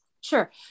Sure